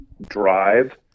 drive